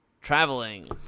traveling